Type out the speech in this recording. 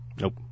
Nope